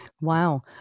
wow